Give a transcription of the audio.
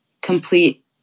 complete